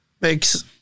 makes